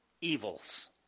evils